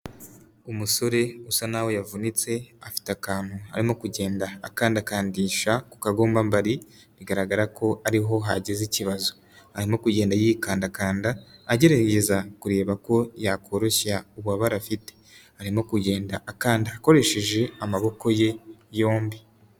Umusore usa n'aho yavunitse afite akantu arimo kugenda akandakandisha ku kagombambari bigaragara ko ariho hagize ikibazo, arimo kugenda yikandakanda agerageza kureba ko yakoroshya ububabare afite, arimo kugenda akanda akoresheje amaboko ye yombi.